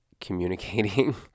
communicating